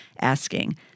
asking